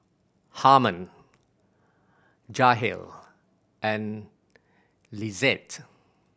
Harmon Jahir and Lizette